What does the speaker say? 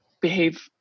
behave